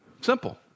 Simple